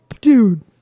dude